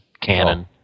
cannon